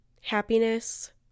happiness